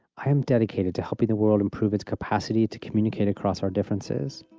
i am dedicated to helping the world improve its capacity to communicate across our differences.